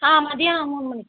ஆ மதியானம் மூணு மணிக்கு